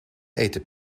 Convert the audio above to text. eten